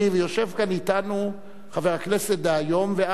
יושב כאן אתנו חבר הכנסת דהיום ודאז,